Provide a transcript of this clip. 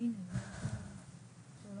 בארץ ובעצם ככה